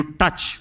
touch